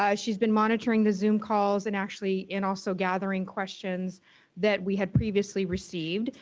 yeah she's been monitoring the zoom calls and actually and also gathering questions that we had previously received.